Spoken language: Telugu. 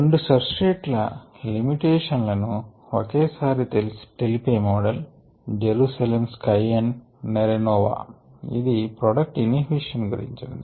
రెండు సబ్స్ట్రేట్ ల లిమిటేషన్ పరిమితి లను ఒకేసారి తెలిపే మోడల్ జెరుసలేం స్కై అండ్ నేరోనోవా ఇది ప్రోడక్ట్ ఇన్హిబిషన్ గురించినది